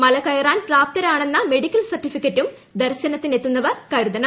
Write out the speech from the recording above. മല കയറാൻ പ്രാപ്തരാണെന്ന മെഡിക്കൽ സർട്ടിഫിക്കറ്റും ദർശനത്തിനെത്തുന്നവർ കരുതണം